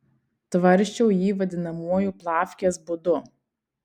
tvarsčiau jį vadinamuoju plavkės būdu